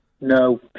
no